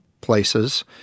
places